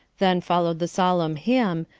then followed the solemn hymn,